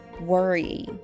worry